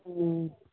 ம்